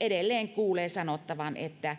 edelleen kuulee sanottavan että